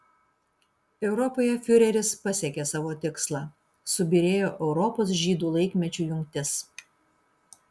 europoje fiureris pasiekė savo tikslą subyrėjo europos žydų laikmečių jungtis